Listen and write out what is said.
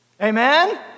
Amen